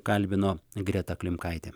kalbino greta klimkaitė